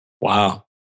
Wow